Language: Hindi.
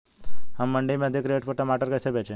हम मंडी में अधिक रेट पर टमाटर कैसे बेचें?